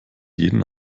jeden